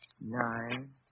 nine